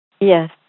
Yes